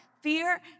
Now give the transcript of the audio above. Fear